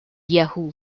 yahoo